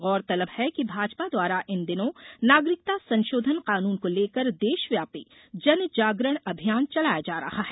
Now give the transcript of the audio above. गौरतलब है कि भाजपा द्वारा इन दिनों नागरिकता संशोधन कानून को लेकर देशव्यापी जन जागरण अभियान चलाया जा रहा है